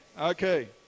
Okay